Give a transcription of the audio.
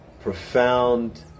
profound